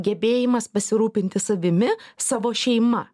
gebėjimas pasirūpinti savimi savo šeima